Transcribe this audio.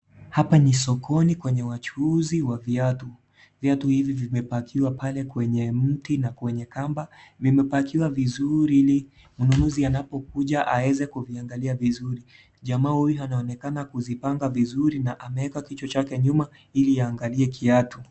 Hapa ni sokoni kwenye wachuuzi wa viatu viatu hivi vimepakiwa kwenyemti na kwenye kamba vimepakiwa vizuri ili wanunuzi waweze kununua vizuri jamaa huyu anaonekana kuvipanga vizuri akiangalia kwenye viatu.